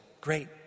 Great